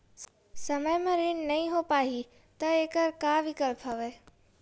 समय म ऋण नइ हो पाहि त एखर का विकल्प हवय?